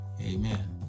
amen